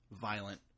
violent